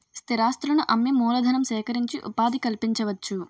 స్థిరాస్తులను అమ్మి మూలధనం సేకరించి ఉపాధి కల్పించవచ్చు